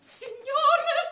signore